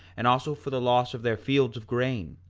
and also for the loss of their fields of grain,